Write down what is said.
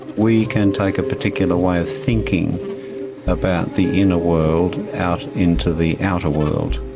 we can take a particular way of thinking about the inner world out into the outer world,